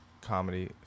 Comedy